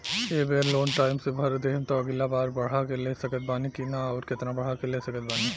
ए बेर loan time से भर देहम त अगिला बार बढ़ा के ले सकत बानी की न आउर केतना बढ़ा के ले सकत बानी?